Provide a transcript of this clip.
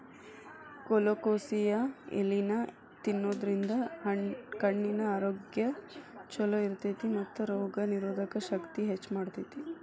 colocasia ಎಲಿನಾ ತಿನ್ನೋದ್ರಿಂದ ಕಣ್ಣಿನ ಆರೋಗ್ಯ್ ಚೊಲೋ ಇರ್ತೇತಿ ಮತ್ತ ರೋಗನಿರೋಧಕ ಶಕ್ತಿನ ಹೆಚ್ಚ್ ಮಾಡ್ತೆತಿ